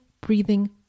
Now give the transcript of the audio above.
breathing